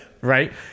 Right